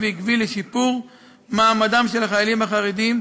ועקבי לשיפור מעמדם של החיילים החרדים,